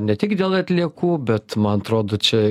ne tik dėl atliekų bet man atrodo čia